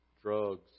drugs